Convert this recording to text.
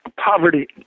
poverty